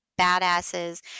badasses